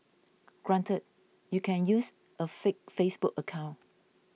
granted you can use a fake Facebook account